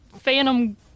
phantom